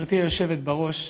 גברתי היושבת בראש,